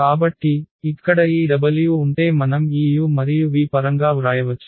కాబట్టి ఇక్కడ ఈ w ఉంటే మనం ఈ u మరియు v పరంగా వ్రాయవచ్చు